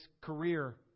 career